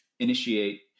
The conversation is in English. initiate